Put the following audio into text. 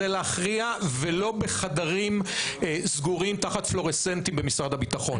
להכריע ולא בחדרים סגורים תחת פלורסנט במשרד הביטחון,